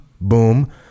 Boom